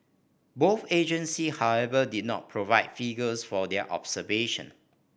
both agency however did not provide figures for their observation